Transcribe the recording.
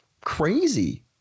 crazy